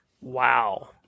Wow